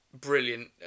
brilliant